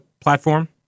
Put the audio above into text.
platform